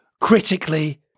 critically